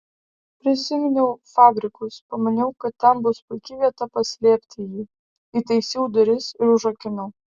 prisiminiau fabrikus pamaniau kad ten bus puiki vieta paslėpti jį įtaisiau duris ir užrakinau